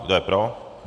Kdo je pro?